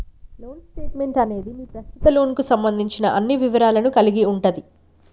loan statement అనేది మీ ప్రస్తుత లోన్కు సంబంధించిన అన్ని వివరాలను కలిగి ఉంటది